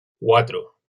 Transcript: cuatro